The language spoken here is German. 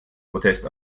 protest